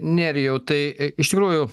nerijau tai iš tikrųjų